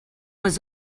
was